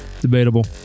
Debatable